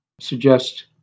Suggest